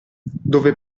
dove